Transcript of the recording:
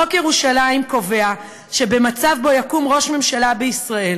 חוק ירושלים קובע שבמצב שבו יקום ראש ממשלה בישראל